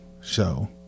show